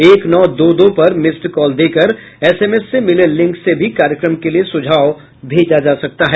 एक नौ दो दो पर मिस्ड कॉल देकर एसएमएस से मिले लिंक से भी कार्यक्रम के लिए सुझाव भेजा जा सकता है